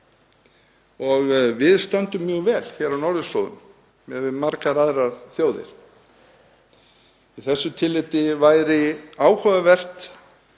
Við stöndum mjög vel hér á norðurslóðum miðað við margar aðrar þjóðir. Í þessu tilliti væri áhugavert,